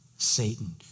Satan